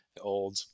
old